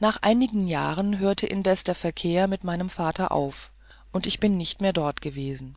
nach einigen jahren hörte indessen der verkehr mit meinem vater auf und ich bin nicht mehr dort gewesen